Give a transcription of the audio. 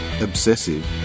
Obsessive